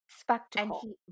spectacle